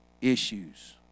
issues